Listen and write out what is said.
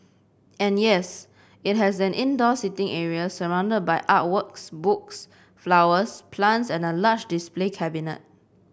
and yes it has an indoor seating area surrounded by art works books flowers plants and a large display cabinet